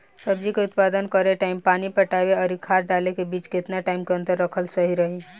सब्जी के उत्पादन करे टाइम पानी पटावे आउर खाद डाले के बीच केतना टाइम के अंतर रखल सही रही?